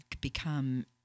become